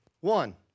one